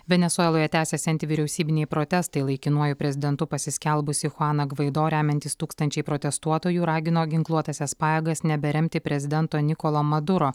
venesueloje tęsiasi antivyriausybiniai protestai laikinuoju prezidentu pasiskelbusį chuaną gvaido remiantys tūkstančiai protestuotojų ragino ginkluotąsias pajėgas neberemti prezidento nikolo maduro